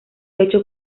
hecho